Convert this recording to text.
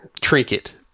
trinket